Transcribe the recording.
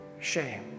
shame